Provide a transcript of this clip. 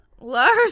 Lars